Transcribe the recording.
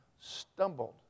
stumbled